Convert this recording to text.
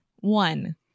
One